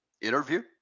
interview